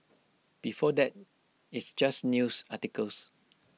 before that it's just news articles